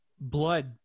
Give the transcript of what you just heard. blood